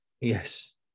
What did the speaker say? Yes